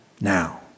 now